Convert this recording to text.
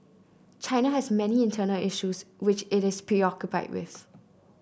China has many internal issues which it is preoccupied with